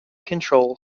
control